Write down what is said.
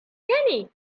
kenny